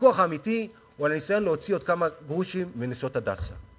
הוויכוח האמיתי הוא על הניסיון להוציא עוד כמה גרושים מ"נשות הדסה".